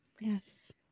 Yes